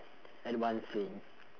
at one thing